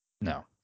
No